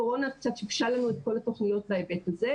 הקורונה קצת שיבשה לנו את כל התוכניות האלה.